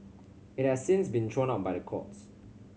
it has since been thrown out by the courts